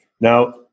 Now